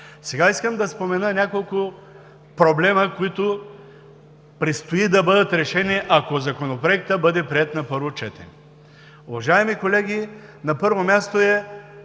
Сега искам да спомена няколко проблема, които предстои да бъдат решени, ако Законопроектът бъде приет на първо четене. Уважаеми колеги, на първо място е